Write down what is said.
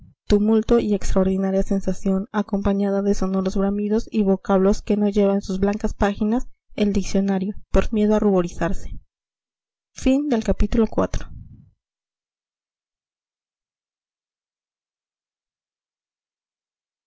tumulto y extraordinaria sensación acompañada de sonoros bramidos y vocablos que no lleva en sus blancas páginas el diccionario por miedo a ruborizarse